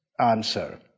answer